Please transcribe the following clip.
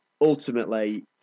ultimately